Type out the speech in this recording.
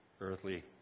earthly